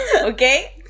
Okay